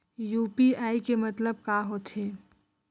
UPI के मतलब का होथे?